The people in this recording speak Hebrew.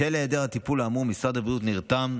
בשל היעדר הטיפול האמור משרד הבריאות נרתם,